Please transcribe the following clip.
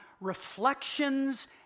reflections